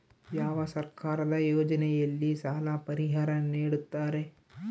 ಯಾವ ಸರ್ಕಾರದ ಯೋಜನೆಯಲ್ಲಿ ಸಾಲ ಪರಿಹಾರ ನೇಡುತ್ತಾರೆ?